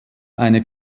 eine